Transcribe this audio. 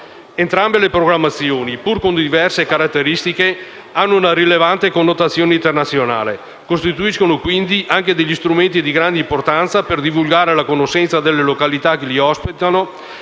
Entrambe le programmazioni, pur con diverse caratteristiche, hanno una rilevante connotazione internazionale e costituiscono, quindi, degli strumenti di grande importanza per divulgare la conoscenza delle località che li ospitano